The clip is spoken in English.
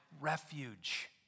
refuge